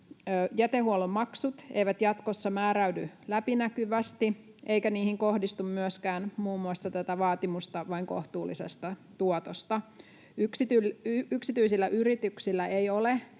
jätehuollon maksut eivät jatkossa määräydy läpinäkyvästi, eikä niihin kohdistu myöskään muun muassa tätä vaatimusta vain kohtuullisesta tuotosta. Yksityisillä yrityksillä ei ole,